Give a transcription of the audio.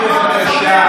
אני קורא אותך לסדר.